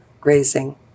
grazing